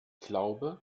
glaube